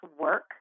work